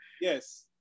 Yes